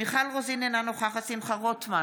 מיכל רוזין, אינה נוכחת שמחה רוטמן,